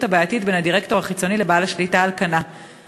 הבעייתית בין הדירקטור החיצוני לבעל השליטה על כנה.